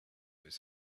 was